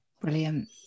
Brilliant